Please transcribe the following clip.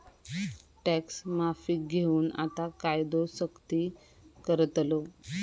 tax माफीक घेऊन आता कायदो सख्ती करतलो